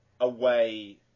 away